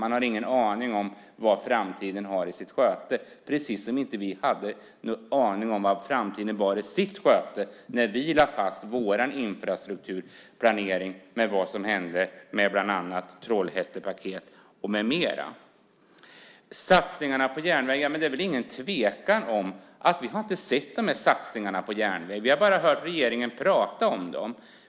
Man har ingen aning om vad framtiden har i sitt sköte, precis som vi inte hade en aning om vad framtiden bar i sitt sköte när vi lade fast vår infrastrukturplanering, bland annat Trollhättepaket med mera. Det är väl ingen tvekan om att vi inte har sett dessa satsningar på järnvägen. Vi har bara hört regeringen prata om dem.